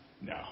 No